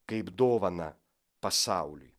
kaip dovaną pasauliui